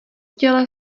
těle